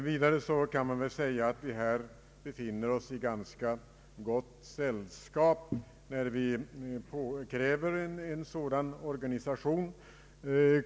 Man kan säga att vi befinner oss i ganska gott sällskap när vi kräver en sådan organisation.